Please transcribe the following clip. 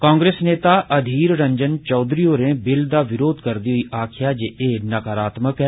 कांग्रेस नेता अधीर रंजन चौघरी होरें बिल दा विरोघ करदे होई आक्खेआ जे एह् नाकारात्मक ऐ